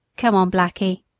come on, blackie.